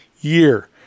year